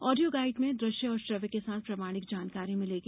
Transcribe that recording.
audio guide में दृश्य और श्रव्य के साथ प्रमाणिक जानकारी मिलेगी